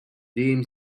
dim